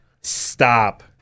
Stop